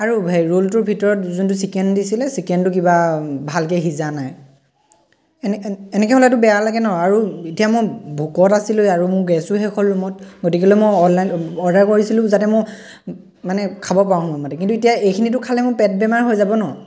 আৰু সেই ৰোলটোৰ ভিতৰত যোনটো চিকেন দিছিলে চিকেনটো কিবা ভালকৈ সিজা নাই এনে এনেকে হ'লেতো বেয়া লাগে ন আৰু এতিয়া মোৰ ভোকত আছিলো আৰু মোৰ গেছো শেষ হ'ল ৰূমত গতিকে লৈ মই অনলাইন অৰ্ডাৰ কৰিছিলোঁ যাতে মোৰ মানে খাব পাৰোঁ সময়মতে কিন্তু এতিয়া এইখিনিতো খালে মোৰ পেট বেমাৰ হৈ যাব ন